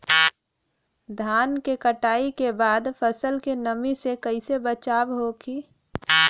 धान के कटाई के बाद फसल के नमी से कइसे बचाव होखि?